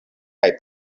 kaj